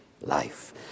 life